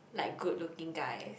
like good looking guys